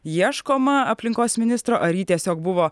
ieškoma aplinkos ministro ar jį tiesiog buvo